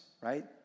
right